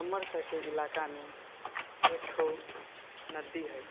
हमरसबके इलाकामे एकठो नदी है